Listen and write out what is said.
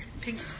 pink